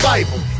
Bible